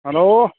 hello